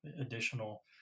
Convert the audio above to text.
additional